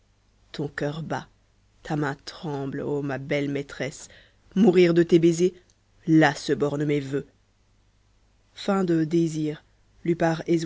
ton coeur bat ta main tremble ô ma belle maîtresse mourir de tes baisers là se bornent mes voeux